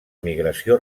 migració